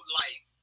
life